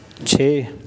ਛੇ